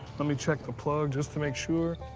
let me check the plug just to make sure.